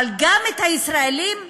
אבל גם את הישראלים היהודים,